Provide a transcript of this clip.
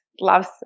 loves